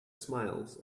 smiles